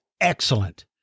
excellent